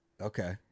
Okay